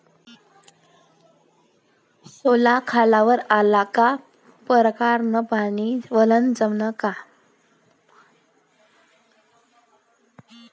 सोला खारावर आला का परकारं न पानी वलनं जमन का?